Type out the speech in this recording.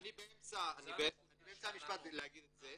אני באמצע המשפט לומר את זה.